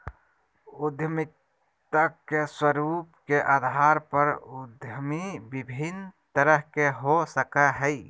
उद्यमिता के स्वरूप के अधार पर उद्यमी विभिन्न तरह के हो सकय हइ